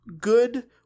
good